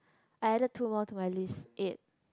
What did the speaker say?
I added two more to my list eight